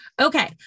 Okay